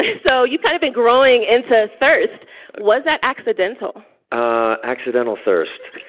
so you kind of growing into thirst was that accidental ah accidental thirst?